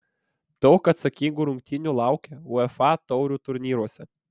daug atsakingų rungtynių laukia uefa taurių turnyruose